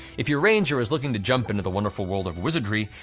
if your ranger is looking to jump into the wonderful world of wizardry,